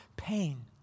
pain